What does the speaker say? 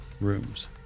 rooms